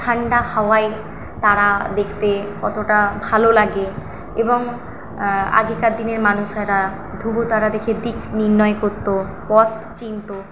ঠান্ডা হাওয়ায় তারা দেখতে কতটা ভালো লাগে এবং আগেকার দিনের মানুষেরা ধ্রুবতারা দিক নির্ণয় করত পথ চিনত